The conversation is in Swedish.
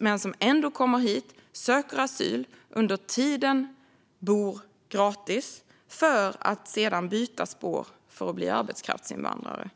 men som ändå kommer hit och söker asyl och under tiden bor gratis för att sedan byta spår och bli arbetskraftsinvandrare.